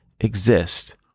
exist